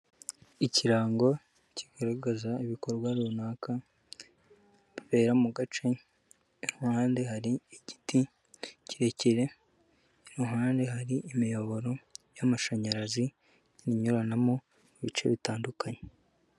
Ikirango kigaragaza ibikorwa runaka bibera mu gace iruhande hari igiti kirekire, iruhande hari imiyoboro y'amashanyarazi inyuranamo mu bice bitandukanye.